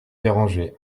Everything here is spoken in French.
déranger